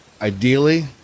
ideally